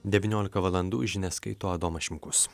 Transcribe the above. devyniolika valandų žinias skaito adomas šimkus